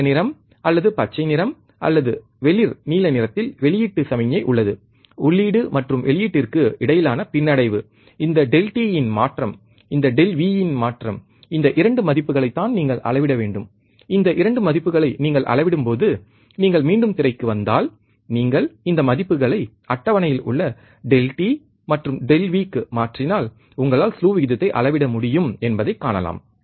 நீல நிறம் அல்லது பச்சை நிறம் அல்லது வெளிர் நீல நிறத்தில் வெளியீட்டு சமிக்ஞை உள்ளது உள்ளீடு மற்றும் வெளியீட்டிற்கு இடையிலான பின்னடைவு இந்த Δt இன் மாற்றம் இந்த Δv இன் மாற்றம் இந்த 2 மதிப்புகளைத் தான் நீங்கள் அளவிட வேண்டும் இந்த 2 மதிப்புகளை நீங்கள் அளவிடும்போது நீங்கள் மீண்டும் திரைக்கு வந்தால் நீங்கள் இந்த மதிப்புகளை அட்டவணையில் உள்ள Δt மற்றும் Δv க்கு மாற்றினால் உங்களால் ஸ்லூ விகிதத்தை அளவிட முடியும் என்பதை காணலாம்